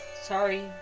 Sorry